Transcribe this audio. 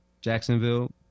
Jacksonville